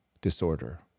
disorder